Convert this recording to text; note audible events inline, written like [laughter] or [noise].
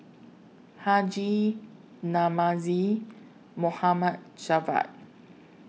Haji Namazie [unintelligible] Javad